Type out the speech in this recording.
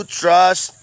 trust